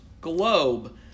globe